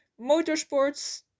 Motorsports